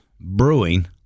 brewing